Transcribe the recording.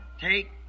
Take